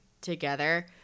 together